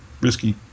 risky